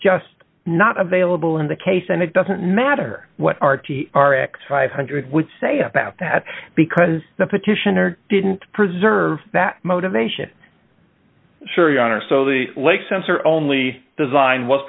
just not available in the case and it doesn't matter what r t r x five hundred would say about that because the petitioner didn't preserve that motivation sure you are so the lake censor only design was